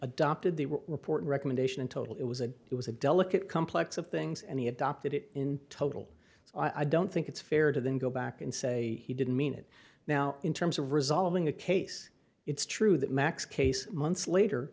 adopted the report recommendation in total it was a it was a delicate complex of things and he adopted it in total i don't think it's fair to then go back and say he didn't mean it now in terms of resolving a case it's true that max case months later